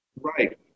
Right